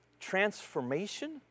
transformation